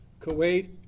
Kuwait